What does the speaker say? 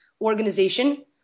organization